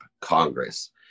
Congress